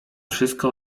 wszystko